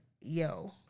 yo